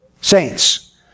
saints